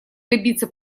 добиться